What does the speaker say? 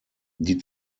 die